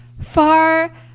far